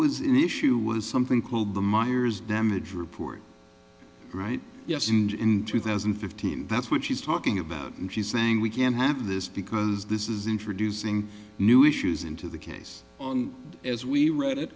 was in issue was something called the myers damage report right yes and in two thousand and fifteen that's what she's talking about and she's saying we can't have this because this is introducing new issues into the case on as we read it